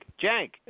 Jank